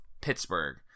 Pittsburgh